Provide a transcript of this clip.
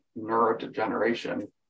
neurodegeneration